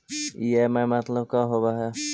EMI मतलब का होब हइ?